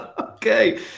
Okay